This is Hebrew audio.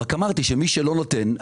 רק אמרתי שאם מישהו לא נותן,